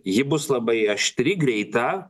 ji bus labai aštri greita